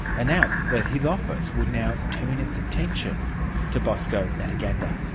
announced that his office would now turn its attention to bosco ntaganda.